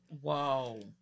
Whoa